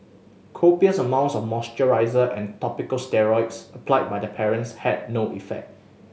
copious amounts of moisturisers and topical steroids applied by the parents had no effect